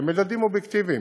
במדדים אובייקטיביים,